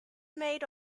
made